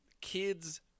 kids